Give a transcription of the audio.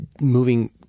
moving